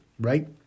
right